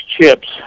chips